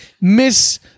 miss